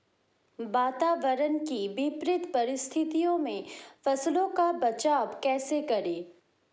वातावरण की विपरीत परिस्थितियों में फसलों का बचाव कैसे करें?